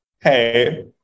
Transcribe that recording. Hey